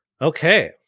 Okay